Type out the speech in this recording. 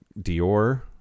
Dior